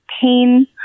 pain